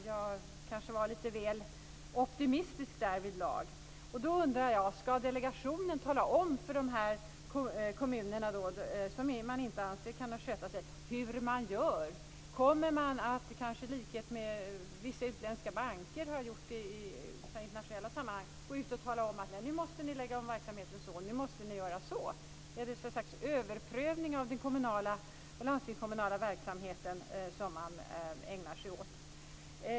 Jag var nog lite väl optimistisk därvidlag. Då undrar jag: Ska delegationen tala om för de kommuner som man anser inte kan sköta sig hur de ska göra? Kommer man att, som vissa utländska banker har gjort i internationella sammanhang, gå ut och säga: Nu måste ni lägga om verksamheten si eller nu måste ni göra så? Det blir då ett slags överprövning av den kommunala och landstingskommunala verksamheten som man ägnar sig åt.